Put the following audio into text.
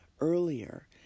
earlier